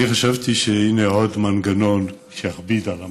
אני חשבתי שהינה עוד מנגנון שיכביד על המערכת.